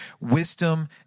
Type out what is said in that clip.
wisdom